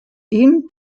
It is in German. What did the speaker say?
ihn